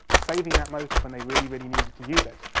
saving that motor for when they really, really needed to use it.